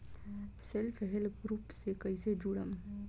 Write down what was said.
Self help group से कइसे जुड़म?